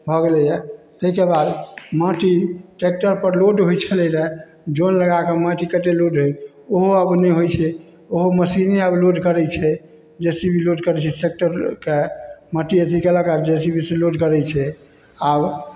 भऽ गेलैए ताहिके बाद माटि ट्रैकटरपर लोड होइ छलै रहै जन लगाकऽ माटि कटेलहुँ ओहो आब नहि होइ छै ओहो मशीने आब लोड करै छै जे सी बी लोड करै छै ट्रैकटरके माटि अथी कएलक आओर जे सी बी सँ लोड करै छै आब